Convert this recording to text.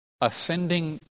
ascending